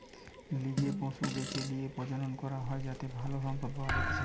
লিজে পশু বেছে লিয়ে প্রজনন করা হয় যাতে ভালো সম্পদ পাওয়া যাতিচ্চে